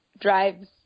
drives